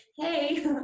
Hey